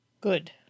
good